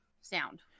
sound